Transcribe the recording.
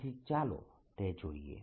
તેથી ચાલો તે જોઈએ